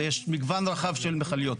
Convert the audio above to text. יש מגוון רחב של מכליות,